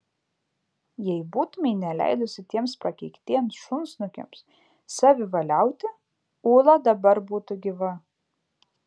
jei būtumei neleidusi tiems prakeiktiems šunsnukiams savivaliauti ūla dabar būtų gyva